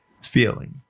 feeling